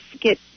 get